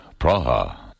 Praha